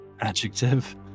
Adjective